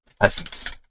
Essence